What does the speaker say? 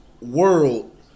world